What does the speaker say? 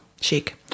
Chic